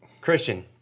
Christian